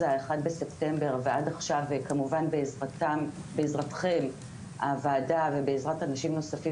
האחד בספטמבר ועד עכשיו כמובן בעזרתכם הוועדה ובעזרת אנשים נוספים